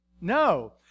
No